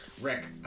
Rick